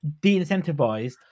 de-incentivized